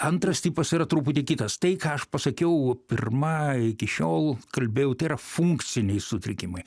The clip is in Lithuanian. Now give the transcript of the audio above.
antras tipas yra truputį kitas tai ką aš pasakiau pirmai iki šiol kalbėjau tai yra funkciniai sutrikimai